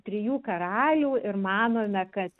trijų karalių ir manome kad